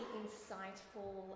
insightful